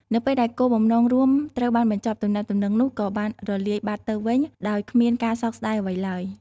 នៅពេលដែលគោលបំណងរួមត្រូវបានបញ្ចប់ ទំនាក់ទំនងនោះក៏អាចរលាយបាត់ទៅវិញដោយគ្មានការសោកស្តាយអ្វីឡើយ។